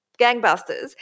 gangbusters